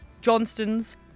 Johnstons